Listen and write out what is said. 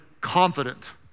confident